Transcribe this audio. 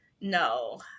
no